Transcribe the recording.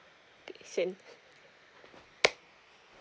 okay send